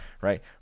right